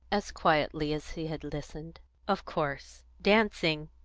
as quietly as he had listened. of course dancing,